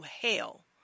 hell